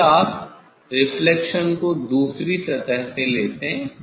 फिर आप रिफ्लेक्शन को दूसरी सतह से लेते हैं